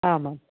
आम् आम्